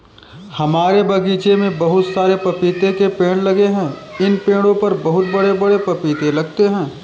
हमारे बगीचे में बहुत सारे पपीते के पेड़ लगे हैं इन पेड़ों पर बहुत बड़े बड़े पपीते लगते हैं